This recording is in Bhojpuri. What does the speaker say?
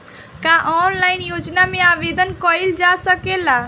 का ऑनलाइन योजना में आवेदन कईल जा सकेला?